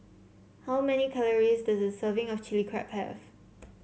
how many calories does a serving of Chili Crab have